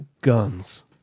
guns